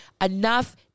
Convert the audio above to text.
Enough